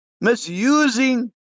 misusing